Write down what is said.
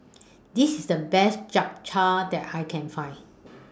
This IS The Best Japchae that I Can Find